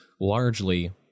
largely